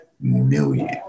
million